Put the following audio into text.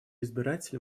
избиратель